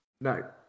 No